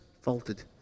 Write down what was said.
faltered